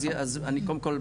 אז קודם כל,